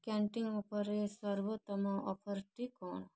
candy ଉପରେ ସର୍ବୋତ୍ତମ ଅଫର୍ଟି କ'ଣ